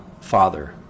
Father